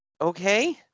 okay